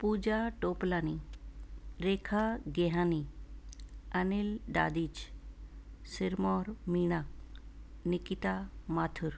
Pooja Toplani Rekha Gehani Anil Dadij Sirmor Meena Nikita Mathur